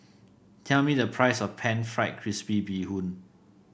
tell me the price of pan fried crispy Bee Hoon